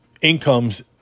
incomes